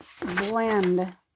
blend